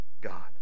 God